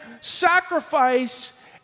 sacrifice